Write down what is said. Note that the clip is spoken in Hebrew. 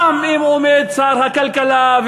גם אם עומד שר הכלכלה,